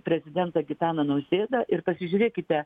prezidentą gitaną nausėdą ir pasižiūrėkite